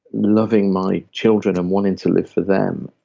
loving my children and wanting to live for them,